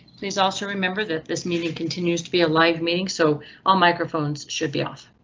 please also remember that this meeting continues to be alive meeting so all microphones should be off,